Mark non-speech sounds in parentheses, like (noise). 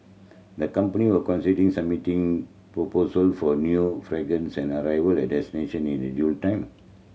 the company will conceding submitting proposal for new fragrance and arrival at (unintelligible) in due time